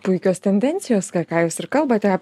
puikios tendencijos ką ką jūs ir kalbate